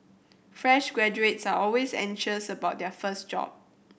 fresh graduates are always anxious about their first job